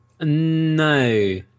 No